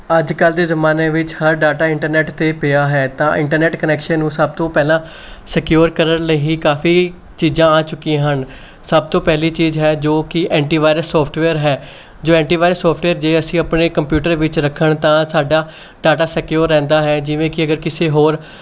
ਅੱਜ ਕੱਲ੍ਹ ਦੇ ਜ਼ਮਾਨੇ ਵਿੱਚ ਹਰ ਡਾਟਾ ਇੰਟਰਨੈੱਟ 'ਤੇ ਪਿਆ ਹੈ ਤਾਂ ਇੰਟਰਨੈੱਟ ਕਨੈਕਸ਼ਨ ਨੂੰ ਸਭ ਤੋਂ ਪਹਿਲਾਂ ਸਕਿਓਰ ਕਰਨ ਲਈ ਹੀ ਕਾਫੀ ਚੀਜ਼ਾਂ ਆ ਚੁੱਕੀਆਂ ਹਨ ਸਭ ਤੋਂ ਪਹਿਲੀ ਚੀਜ਼ ਹੈ ਜੋ ਕਿ ਐਂਟੀ ਵਾਇਰਸ ਸੋਫਟਵੇਅਰ ਹੈ ਜੋ ਐਂਟੀ ਵਾਇਸ ਸੋਫਟਵੇਅਰ ਜੇ ਅਸੀਂ ਆਪਣੇ ਕੰਪਿਊਟਰ ਵਿੱਚ ਰੱਖਣ ਤਾਂ ਸਾਡਾ ਡਾਟਾ ਸਕਿਓਰ ਰਹਿੰਦਾ ਹੈ ਜਿਵੇਂ ਕਿ ਅਗਰ ਕਿਸੇ ਹੋਰ